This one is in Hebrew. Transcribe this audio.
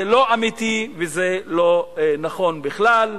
זה לא אמיתי וזה לא נכון בכלל.